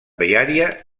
viària